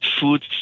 food